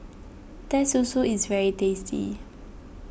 Teh Susu is very tasty